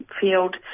field